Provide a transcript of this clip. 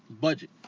budget